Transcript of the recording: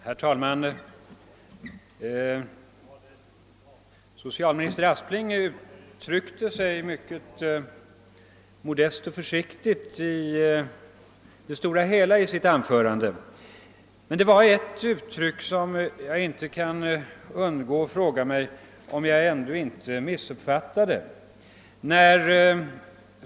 Herr talman! Socialminister Aspling uttryckte sig i det stora hela mycket modest och försiktigt i sitt anförande, men det var ett uttalande däri, beträffande vilket jag inte kan underlåta att fråga mig, om jag inte missuppfattade det.